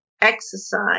Exercise